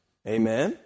Amen